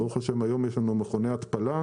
וברוך השם היום יש לנו מכוני התפלה,